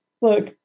Look